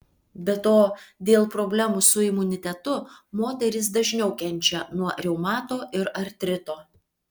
be to dėl problemų su imunitetu moterys dažniau kenčia nuo reumato ir artrito